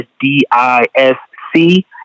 D-I-S-C